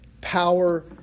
power